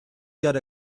got